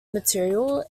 material